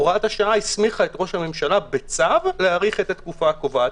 הוראת השעה הסמיכה את ראש הממשלה בצו להאריך את התקופה הקובעת,